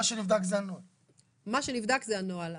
מה שנבדק זה הנוהל.